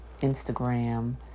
Instagram